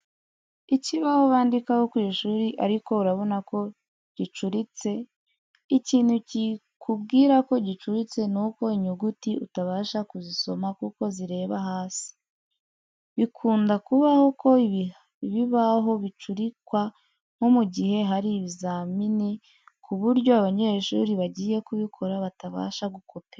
Ikibaho bandikaho ku ishuri ariko urabona ko gicuritse, ikintu kikubwira ko gicuritse ni uko inyuguti utabasha kuzisoma kuko zireba hasi. Bikunda kubaho ko ibibaho bicurikwa nko mu gihe hari ibizamini ku buryo abanyeshuri bagiye kubikora batabasha gukopera.